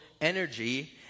energy